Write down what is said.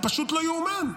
זה פשוט לא ייאמן.